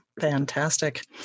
Fantastic